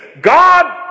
God